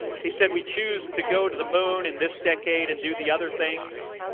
he said we'd choose to go to the moon in this decade and do the other things,